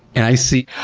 and i see,